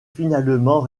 finalement